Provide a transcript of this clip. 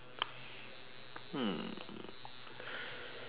hmm